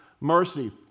mercy